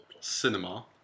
cinema